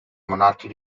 monarchy